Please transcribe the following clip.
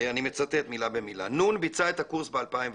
אני מצטט מילה במילה: 'נ' ביצעה את הקורס ב-2020,